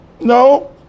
No